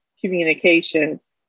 communications